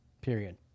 period